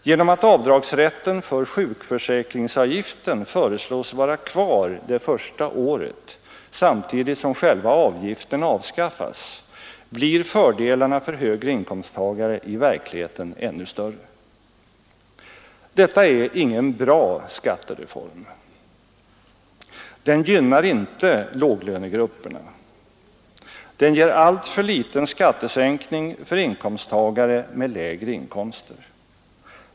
Genom att avdragsrätten för sjukförsäkringsavgiften föreslås vara kvar det första året, samtidigt som själva avgiften avskaffas, blir fördelen för högre inkomsttagare i verkligheten ännu större. Detta är ingen bra skattereform. Den gynnar inte låglönegrupperna. Den ger alltför liten skattesänkning för inkomsttagare med lägre inkomster.